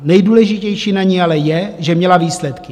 Nejdůležitější na ní ale je, že měla výsledky.